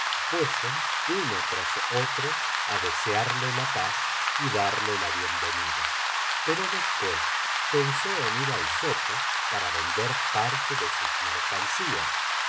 fuesen uno tras otro á desearle la paz y darle la bienvenidapero después pensó en ir al zoco para vender parte de sus mercancías